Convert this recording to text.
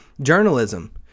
journalism